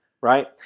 right